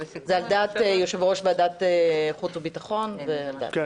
זה על דעת יושב-ראש ועדת החוץ והביטחון ועל דעתי.